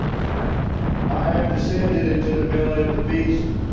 clay i have descended into the belly of the beast.